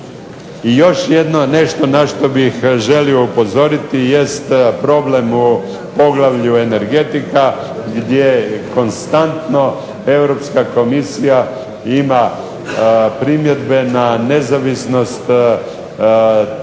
I još jedno, nešto na što bih želio upozoriti jest problem u Poglavlju – Energetika gdje konstantno Europska komisija ima primjedbe na nezavisnost Državnog